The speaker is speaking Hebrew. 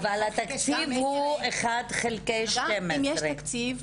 אבל התקציב הוא 1/12. גם אם יש תקציב,